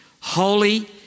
holy